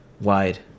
Wide